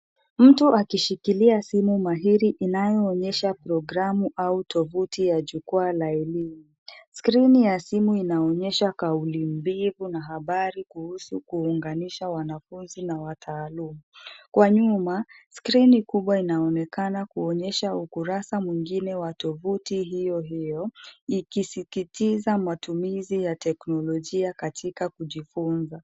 Mtu akishikilia simu mahiri inayo onyesha programu au tovuti ya jukwaa la elimu. Skrini ya simu inaonyesha kaulimbiu na habari kuhusu kuunganisha wanafunzi na wataalum. Kwa nyuma, skrini kubwa inaonekana kuonyesha ukurasa mwingine wa tovuti hiyo hiyo ikisikitiza matumizi ya teknolojia katika kujifunza.